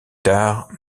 tard